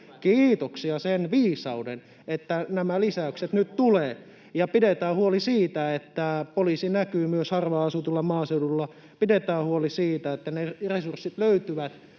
Kiitoksia sille viisaudelle, että nämä lisäykset nyt tulevat! [Juha Mäenpää: Oppositio vaatii!] Pidetään huoli siitä, että poliisi näkyy myös harvaan asutulla maaseudulla. Pidetään huoli siitä, että resurssit löytyvät